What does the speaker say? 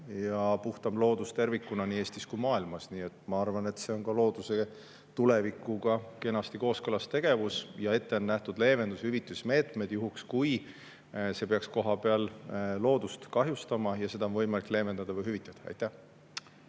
ja puhtam loodus tervikuna nii Eestis kui mujal maailmas. Nii et ma arvan, et see on looduse tulevikuga kenasti kooskõlas tegevus. Ette on nähtud leevendus- ja hüvitusmeetmed juhuks, kui see peaks kohapeal loodust kahjustama. Seda on võimalik leevendada või hüvitada. Aitäh!